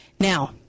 Now